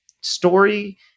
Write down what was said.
story